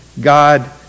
God